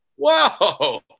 Whoa